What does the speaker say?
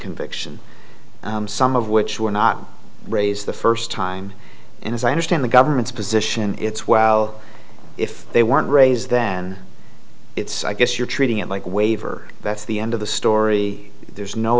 conviction some of which were not raised the firm time and as i understand the government's position it's well if they weren't raised then it's i guess you're treating it like a waiver that's the end of the story there's no